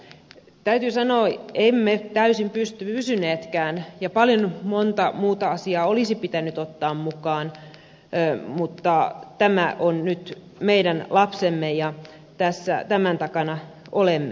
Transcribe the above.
täytyy sanoa että emme täysin pysyneetkään ja monta muuta asiaa olisi pitänyt ottaa mukaan mutta tämä on nyt meidän lapsemme ja tämän takana olemme